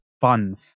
fun